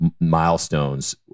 milestones